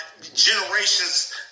generation's